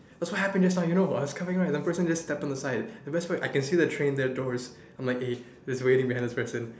that's what happened just now you know I was coming right the person just step on the side the best part I can see the train the doors I'm like eh just waiting behind this person